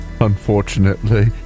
Unfortunately